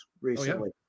recently